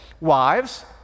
Wives